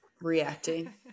reacting